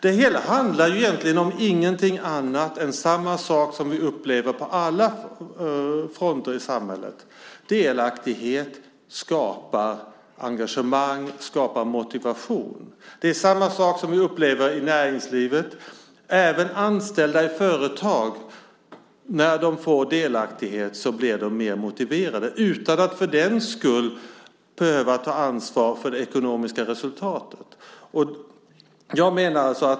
Det hela handlar egentligen om ingenting annat än om samma sak som vi upplever på alla fronter i samhället: Delaktighet skapar engagemang och motivation. Det är samma sak som vi upplever i näringslivet. Även anställda i företag blir mer motiverade när de får delaktighet utan att för den skull behöva ta ansvar för det ekonomiska resultatet.